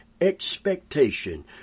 expectation